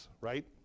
right